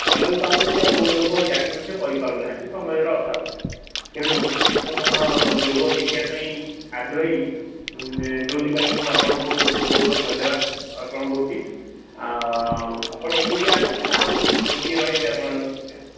ଭଲ ବି ପାଉଛନ୍ତି ଆଉ ବହୁତ ଲୋକ ଜାଣି ମଧ୍ୟ କରି ପାରୁ ନାହାନ୍ତି ସମୟର ଅଭାବ ତେଣୁ ଯୋଗର ଯୋଗ ଶିଖିବା ପାଇଁ ଆଗ୍ରହୀ ଯୋଉଥିପାଇଁ ମୁଁ ଆପଣଙ୍କୁ ବହୁତ ବହୁତ ଧନ୍ୟବାଦ ଅର୍ପଣ କରୁଛି ଆଉ ଆପଣ ଏକୁଟିଆ ଅଛନ୍ତି ନା ଆଉ କିଏ ରହିବେ ଆପଣମାନଙ୍କ ସାଙ୍ଗରେ